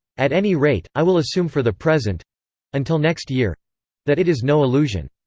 at any rate, i will assume for the present until next year that it is no illusion.